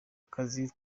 akazi